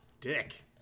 Dick